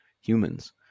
humans